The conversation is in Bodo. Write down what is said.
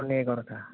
हरनि एघार'ता